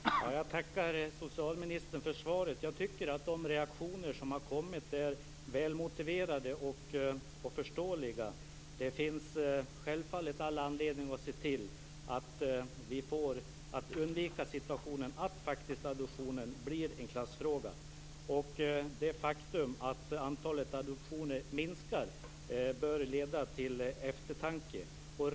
Herr talman! Jag tackar socialministern för svaret. Jag tycker att de reaktioner som har kommit är välmotiverade och förståeliga. Det finns självfallet all anledning att undvika situationen att adoption blir en klassfråga. Det faktum att antalet adoptioner minskar bör leda till eftertanke.